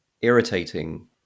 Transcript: irritating